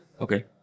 Okay